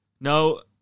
no